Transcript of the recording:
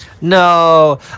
No